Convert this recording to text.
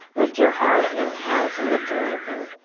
lift your heart, inhale, to lift and lengthen.